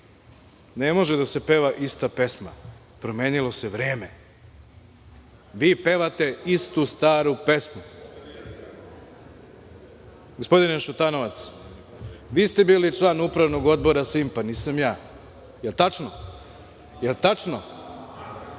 Ne može da se peva ista pesma, promenilo se vreme. Vi pevate istu, staru pesmu. Gospodine Šutanovac, vi ste bili član Upravnog odbora „Simpa“, nisam ja. Da li je tačno?